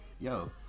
yo